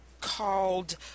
called